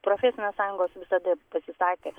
profesinės sąjungos visada pasisakė